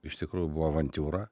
iš tikrųjų buvo avantiūra